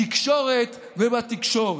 בתקשורת ובתקשורת,